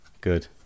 Good